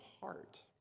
heart